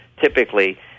typically